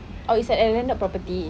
oh it's at a landed property